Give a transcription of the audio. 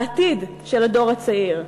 בעתיד של הדור הצעיר,